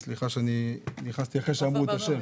לפעמים מדובר באנשים פרטיים שמנהלים מו"מ כדי להרחיב את הדיור.